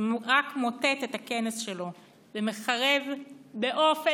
זה רק מוטט את הכנס שלו ומחרב באופן